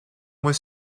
was